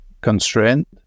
constraint